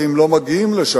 כי הם לא מגיעים לשם.